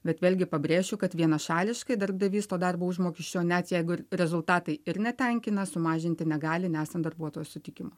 bet vėlgi pabrėšiu kad vienašališkai darbdavys to darbo užmokesčio net jeigu rezultatai ir netenkina sumažinti negali nesant darbuotojo sutikimo